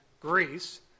Greece